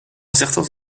certains